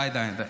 די, די.